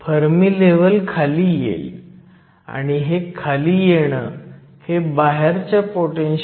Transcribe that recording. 4 x 1013 आहे silicon 1 x 1010 आणि gallium arsenide 2